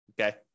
okay